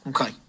okay